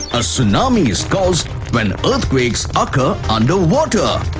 a tsunami is caused when earthquakes occur under water.